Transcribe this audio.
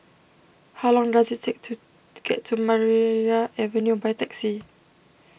how long does it take to get to Maria Avenue by taxi